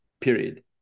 period